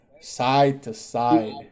Side-to-side